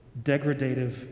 degradative